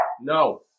No